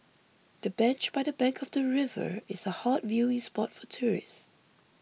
the bench by the bank of the river is a hot viewing spot for tourists